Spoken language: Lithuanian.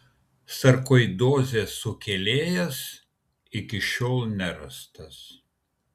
sarkoidozės sukėlėjas iki šiol nerastas